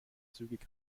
zügig